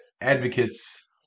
Advocates